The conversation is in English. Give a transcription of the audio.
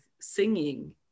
singing